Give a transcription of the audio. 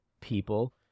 people